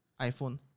iPhone